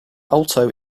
alto